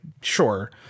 sure